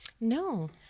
No